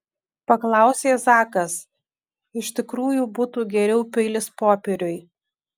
paklausė zakas iš tikrųjų būtų geriau peilis popieriui